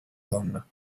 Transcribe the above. donna